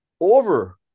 over